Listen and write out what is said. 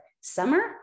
summer